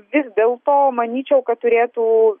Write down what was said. vis dėlto manyčiau kad turėtų